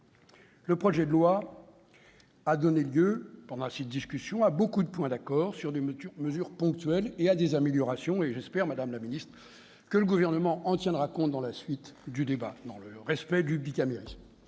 le projet de loi a donné lieu à beaucoup de points d'accord sur des mesures ponctuelles, et à des améliorations- j'espère, madame la ministre, que le Gouvernement en tiendra compte dans la suite du débat, dans le respect du bicamérisme.